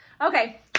Okay